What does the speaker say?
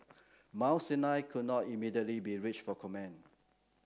Mount Sinai could not immediately be reached for comment